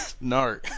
No